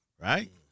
right